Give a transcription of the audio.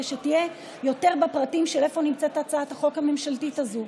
כדי שתהיה יותר בפרטים של איפה נמצאת הצעת החוק הממשלתית הזאת.